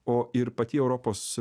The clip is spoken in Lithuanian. o ir pati europos